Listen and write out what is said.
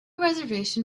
reservation